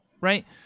right